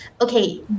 Okay